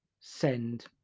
send